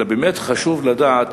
אלא באמת חשוב לדעת,